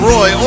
Roy